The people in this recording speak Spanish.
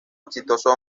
exitoso